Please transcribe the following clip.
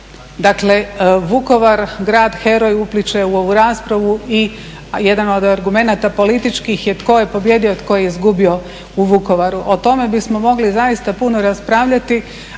Dakle, Vukovar, grad heroj upliće u ovu raspravu i jedan od argumenata političkih je tko je pobijedio, tko je izgubio u Vukovaru. O tome bismo mogli zaista puno raspravljati,